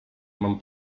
mam